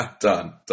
done